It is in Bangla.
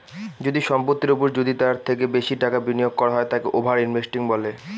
যদি সম্পত্তির ওপর যদি তার থেকে বেশি টাকা বিনিয়োগ করা হয় তাকে ওভার ইনভেস্টিং বলে